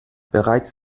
bereits